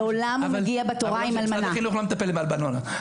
לעולם מגיע בתורה עם אלמנה.